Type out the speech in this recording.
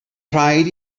rhaid